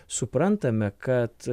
suprantame kad